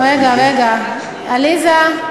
רגע, רגע, עליזה,